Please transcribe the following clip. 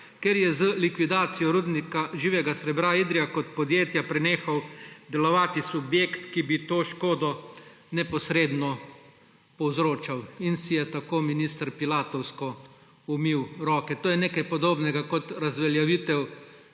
ker je z likvidacijo rudnika živega srebra Idrija kot podjetja prenehal delovati subjekt, ki bi to škodo neposredno povzročal. In si je tako minister pilatovsko umil roke. To je nekaj podobnega kot razveljavitev